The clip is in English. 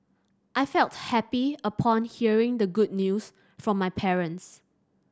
I felt happy upon hearing the good news from my parents